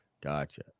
Gotcha